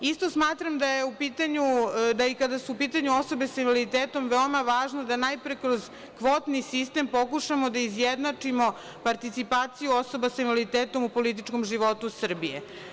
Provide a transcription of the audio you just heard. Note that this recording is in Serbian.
Isto smatram da i kada su u pitanju osobe sa invaliditetom veoma je važno da najpre kroz kvotni sistem pokušamo da izjednačimo participaciju osoba sa invaliditetom u političkom životu Srbije.